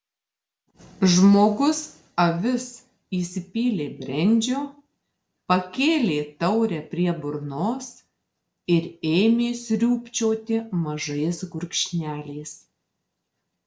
žmogus avis įsipylė brendžio pakėlė taurę prie burnos ir ėmė sriūbčioti mažais gurkšneliais